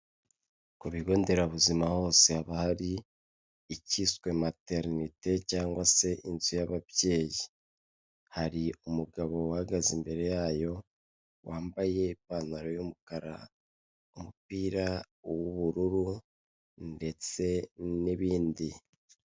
Ku bigo nderabuzima hose haba hari ikiswe materinete cyangwa se inzu y'ababyeyi, hari umugabo uhagaze imbere yayo wambaye ipantaro y'umukara, umupira w'ubururu ndetse n'ibindi.